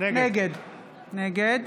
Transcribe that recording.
נגד